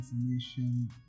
information